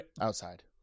outside